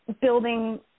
building